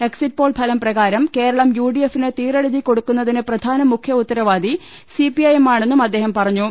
exit poll ഫലം പ്രകാരം Keralam U D എഫിന് തീറെഴുതി കൊടുക്കുന്നതിന് പ്രധാന മുഖ്യ ഉത്തരവാദി സി പി ഐ എമ്മാണെന്നും അദ്ദേഹം പറഞ്ഞു